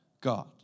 God